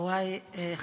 תודה רבה,